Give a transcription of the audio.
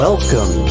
Welcome